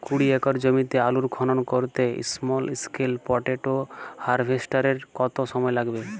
কুড়ি একর জমিতে আলুর খনন করতে স্মল স্কেল পটেটো হারভেস্টারের কত সময় লাগবে?